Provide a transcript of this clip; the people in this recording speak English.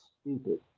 stupid